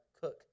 cook